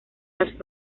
las